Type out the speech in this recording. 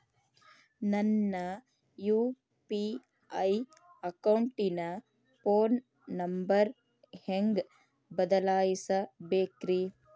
ನನ್ನ ಯು.ಪಿ.ಐ ಅಕೌಂಟಿನ phone number ಹೆಂಗ್ ಬದಲಾಯಿಸ ಬೇಕ್ರಿ?